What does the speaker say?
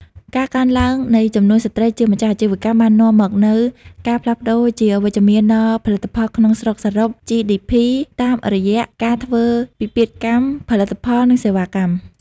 ការកើនឡើងនៃចំនួនស្ត្រីជាម្ចាស់អាជីវកម្ម បាននាំមកនូវការផ្លាស់ប្តូរជាវិជ្ជមានដល់ផលិតផលក្នុងស្រុកសរុប GDP តាមរយៈការធ្វើពិពិធកម្មផលិតផល និងសេវាកម្ម។